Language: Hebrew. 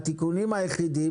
התיקונים היחידים,